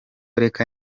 reka